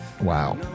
Wow